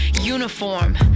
uniform